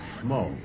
smoke